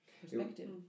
perspective